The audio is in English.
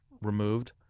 removed